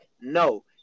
No